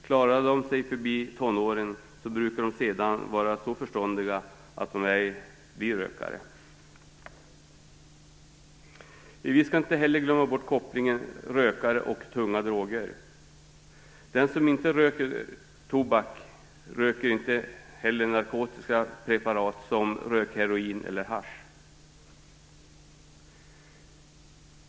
Klarar de sig förbi tonåren brukar de sedan vara så förståndiga att de ej blir rökare. Vi skall inte heller glömma bort kopplingen rökare-tunga droger. Den som inte röker tobak röker inte heller narkotiska preparat som rökheroin eller hasch.